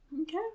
okay